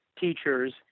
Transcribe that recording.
teachers